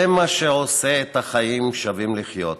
זה מה שעושה את החיים שווים לחיות.